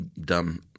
dumb